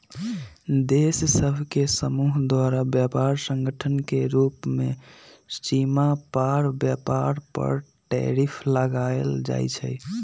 देश सभ के समूह द्वारा व्यापार संगठन के रूप में सीमा पार व्यापार पर टैरिफ लगायल जाइ छइ